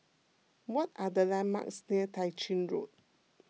what are the landmarks near Tah Ching Road